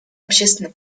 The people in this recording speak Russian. общественно